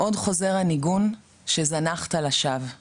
"עוֹד חוֹזֵר הַנִּגּוּן שֶׁזָּנַחְתָּ לַשָּׁוְא